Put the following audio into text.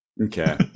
Okay